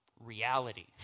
reality